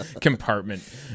compartment